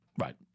Right